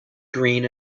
green